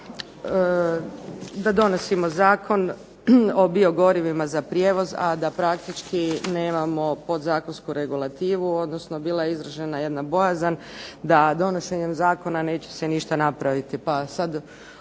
da donosimo Zakon o biogorivima za prijevoz a da praktički nemamo podzakonsku regulativu, odnosno bila je izražena jedna bojazan da donošenjem zakona neće se ništa napraviti